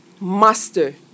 master